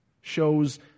Shows